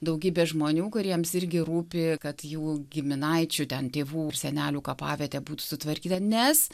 daugybė žmonių kuriems irgi rūpi kad jų giminaičių ten tėvų ir senelių kapavietė būtų sutvarkyta nes